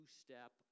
step